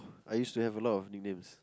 I used to have a lot of nicknames